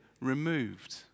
removed